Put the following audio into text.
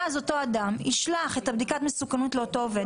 ואז אותו אדם ישלח את בדיקת המסוכנות לאותו עובד.